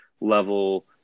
level